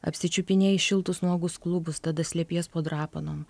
apsičiupinėti šiltus nuogus klubus tada slepies po drapanom